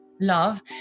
love